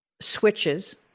switches